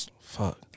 fuck